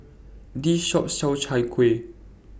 This Shop sells Chai Kueh